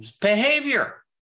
Behavior